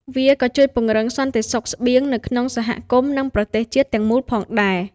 វាក៏ជួយពង្រឹងសន្តិសុខស្បៀងនៅក្នុងសហគមន៍និងប្រទេសជាតិទាំងមូលផងដែរ។